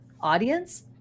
audience